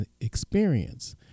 experience